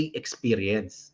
experience